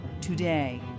today